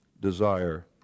desire